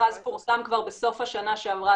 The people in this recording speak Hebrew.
המכרז פורסם כבר בסוף השנה שעברה,